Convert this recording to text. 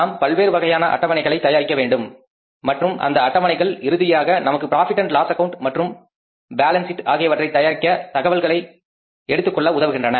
நாம் பல்வேறு வகையான அட்டவணைகளை தயாரிக்கவேண்டும் மற்றும் அந்த அட்டவணைகள் இறுதியாக நமக்கு ப்ராபிட் அண்ட் லாஸ் ஆக்கவுண்ட் மற்றும் பேலன்ஸ் ஷீட் ஆகியவற்றை தயாரிக்க தகவல்களை எடுத்துக்கொள்ள உதவுகின்றன